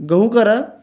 गहू करा